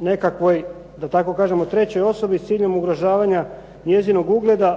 nekakvoj, da tako kažemo trećoj osobi, s ciljem ugrožavanja njezinog ugleda,